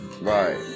Right